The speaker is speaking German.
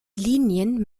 linien